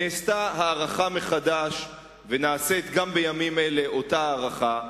נעשתה הערכה מחדש ונעשית גם בימים אלה אותה הערכה,